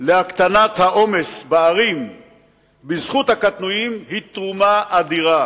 להקטנת העומס בערים בזכות הקטנועים היא תרומה אדירה.